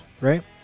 right